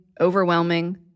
overwhelming